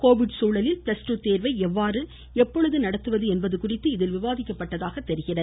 Covid சூழலில் plus two சதேர்வை எவ்வாறு எப்பொழுது நடத்துவது என்பது குறித்து விவாதிக்கப்பட்டதாக தெரிகிறது